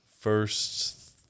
first